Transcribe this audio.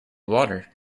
water